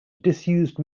disused